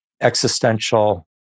existential